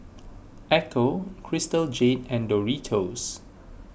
Ecco Crystal Jade and Doritos